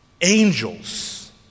angels